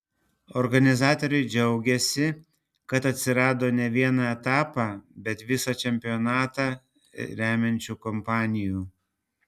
organizatoriai džiaugiasi kad atsirado ne vieną etapą bet visą čempionatą remiančių kompanijų